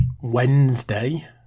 Wednesday